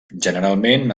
generalment